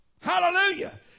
Hallelujah